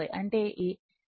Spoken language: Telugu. అంటే 250 వాట్